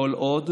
כל עוד,